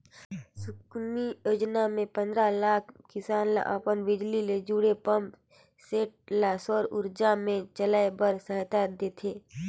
कुसुम योजना मे पंदरा लाख किसान ल अपन बिजली ले जुड़े पंप सेट ल सउर उरजा मे चलाए बर सहायता देह थे